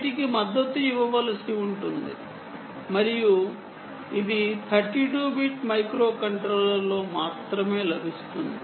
వీటికి మద్దతు ఇవ్వవలసి ఉంటుంది మరియు ఇది 32 బిట్ మైక్రోకంట్రోలర్లో మాత్రమే లభిస్తుంది